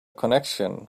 connection